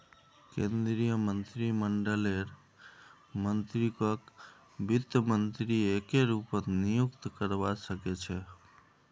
केन्द्रीय मन्त्रीमंडललेर मन्त्रीकक वित्त मन्त्री एके रूपत नियुक्त करवा सके छै